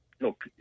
Look